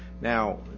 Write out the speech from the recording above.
now